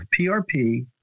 PRP